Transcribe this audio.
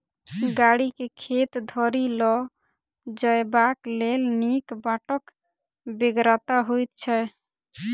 गाड़ी के खेत धरि ल जयबाक लेल नीक बाटक बेगरता होइत छै